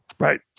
Right